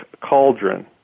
cauldron